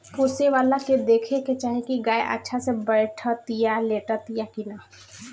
पोसेवला के देखे के चाही की गाय अच्छा से बैठतिया, लेटतिया कि ना